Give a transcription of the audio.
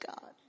God